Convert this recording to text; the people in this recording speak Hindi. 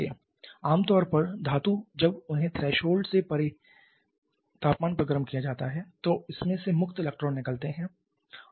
आमतौर पर धातु जब उन्हें थ्रेशोल्ड से परे तापमान पर गर्म किया जाता है तो इसमें से मुक्त इलेक्ट्रॉन निकलने लगते हैं